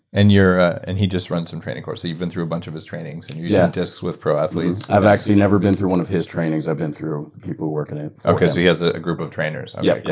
and and he just runs some training courses. you've been through a bunch of his trainings, and used yeah discs with pro athletes. i've actually never been through one of his trainings. i've been through people who work and at, so he has a group of trainers. okay, yeah yeah